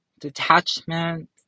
detachment